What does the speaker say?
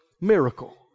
miracle